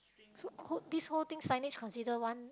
so whole this whole thing slightly consider one